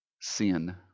Sin